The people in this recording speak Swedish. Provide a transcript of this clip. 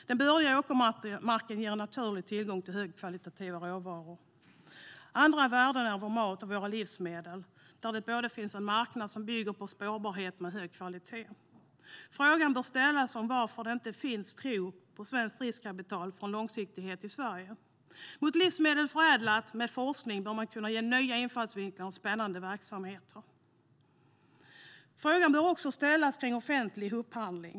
Den bördiga åkermarken ger en naturlig tillgång till högkvalitativa råvaror. Andra värden är vår mat och våra livsmedel där det finns en marknad som bygger på spårbarhet med hög kvalitet. Frågan bör ställas om varför det inte finns tro på svenskt riskkapital för en långsiktighet i Sverige. Med livsmedel som förädlats genom forskning har man kunnat ge nya infallsvinklar och spännande verksamheter. Frågan bör också ställas när det gäller offentlig upphandling.